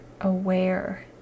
aware